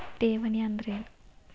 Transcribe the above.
ಠೇವಣಿ ಅಂದ್ರೇನು?